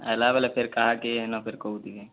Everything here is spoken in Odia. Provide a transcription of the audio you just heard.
ଆଏଲାବେଲେ ଫେର୍ କାହାକେ ଇନ ଫିର୍ କହୁଥିବି